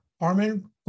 Armin